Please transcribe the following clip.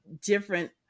different